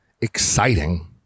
exciting